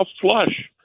flush